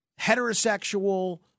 heterosexual